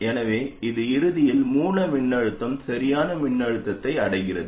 எனவே இறுதியில் மூல மின்னழுத்தம் சரியான மின்னழுத்தத்தை அடைகிறது